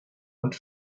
und